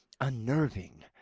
unnerving